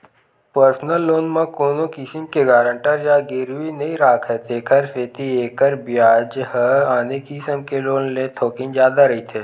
personal loan म कोनो किसम के गारंटर या गिरवी नइ राखय तेखर सेती एखर बियाज ह आने किसम के लोन ले थोकिन जादा रहिथे